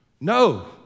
No